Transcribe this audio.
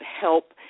help